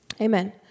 Amen